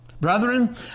Brethren